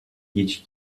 dieci